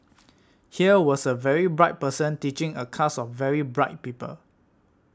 here was a very bright person teaching a class of very bright people